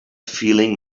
feeling